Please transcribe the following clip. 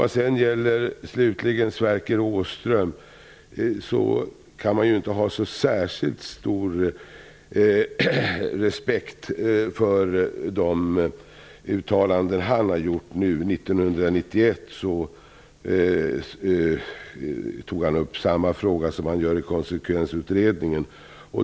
Det uttalas gång på gång. Man kan inte ha särskilt stor respekt för de uttalanden som Sverker Åström har gjort nu. 1991 tog han upp samma fråga som han tar upp i Konsekvensutredningen.